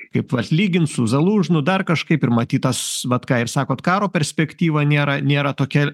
kaip vat lygins su zalūžnu dar kažkaip ir matyt tas vat ką ir sakot karo perspektyva nėra nėra tokia